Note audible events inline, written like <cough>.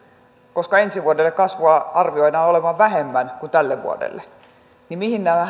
koska ensi vuodelle kasvua arvioidaan olevan vähemmän kuin tälle vuodelle mihin nämä <unintelligible>